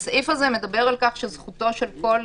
הוא מדבר על כל שזכותו של כל